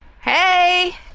Hey